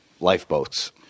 lifeboats